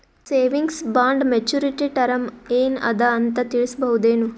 Savings bond maturity term ಏನ ಅದ ಅಂತ ತಿಳಸಬಹುದೇನು?